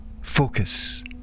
focus